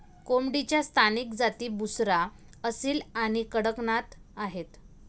कोंबडीच्या स्थानिक जाती बुसरा, असील आणि कडकनाथ आहेत